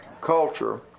culture